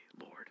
Lord